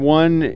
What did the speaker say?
one